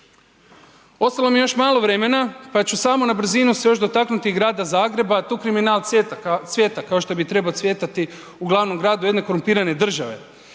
Ostalo mi je još malo vremena pa ću samo na brzinu se još dotaknuti i grada Zagreba, tu kriminal cvjeta kao što bi trebao cvjetati u glavnom gradu jedne korumpirane države.